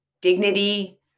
dignity